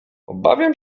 obawiam